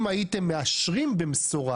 אם הייתם מאשרים במסורה